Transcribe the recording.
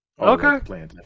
Okay